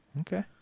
Okay